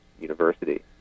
University